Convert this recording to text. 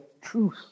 truth